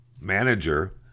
manager